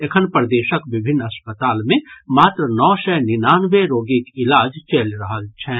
एखन प्रदेशक विभिन्न अस्पताल मे मात्र नओ सय निन्यानवे रोगीक इलाज चलि रहल छनि